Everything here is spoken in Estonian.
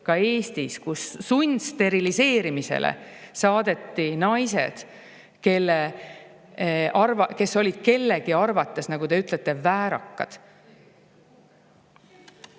ka Eestis. Kui sundsteriliseerimisele saadeti naised, kes olid kellegi arvates, nagu te ütlete, väärakad.